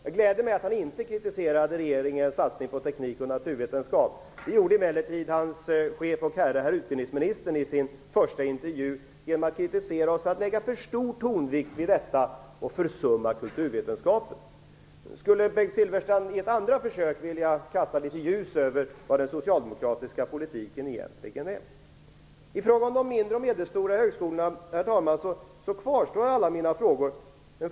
Jag gläder mig åt att han inte kritiserade regeringens satsning på teknik och naturvetenskap. Det gjorde emellertid hans chef och herre utbildningsministern i sin första intervju. Han kritiserade oss för att lägga för stor tonvikt vid detta och försumma kulturvetenskaperna. Skulle Bengt Silfverstrand i ett andra försök vilja kasta litet ljus över hur den socialdemokratiska politiken egentligen ser ut? I fråga om de mindre och medelstora högskolorna, herr talman, kvarstår alla mina frågor.